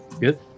good